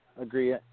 agree